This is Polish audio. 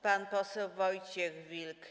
Pan poseł Wojciech Wilk.